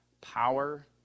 power